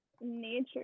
nature